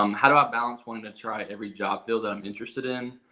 um how do i balance wanting to try every job field that i'm interested in?